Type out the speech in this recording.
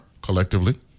collectively